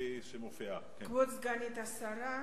כבוד סגנית השר,